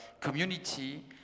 community